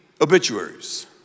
obituaries